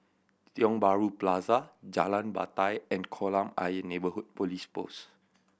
Tiong Bahru Plaza Jalan Batai and Kolam Ayer Neighbourhood Police Post